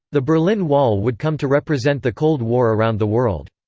the berlin wall would come to represent the cold war around the world.